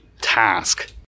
task